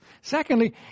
Secondly